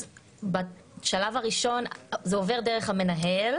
אז בשלב הראשון זה עובר דרך המנהל